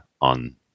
on